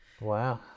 Wow